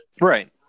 Right